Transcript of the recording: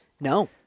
No